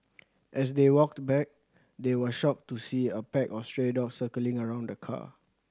as they walked back they were shocked to see a pack of stray dogs circling around the car